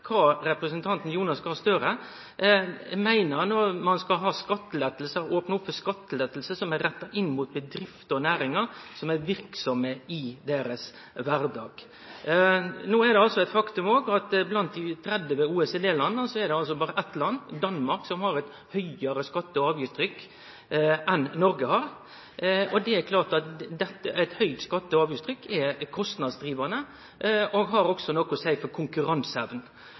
Kva meiner representanten Jonas Gahr Støre når han seier at ein skal opne opp for skattelettar som er retta inn mot bedrifter og næringar, og som er verksame i deira kvardag? Det er òg eit faktum at blant 30 OECD-land er det berre eitt land, Danmark, som har eit høgare skatte- og avgiftstrykk enn Noreg. Det er klart at eit høgt skatte- og avgiftstrykk er kostnadsdrivande og har også noko å seie for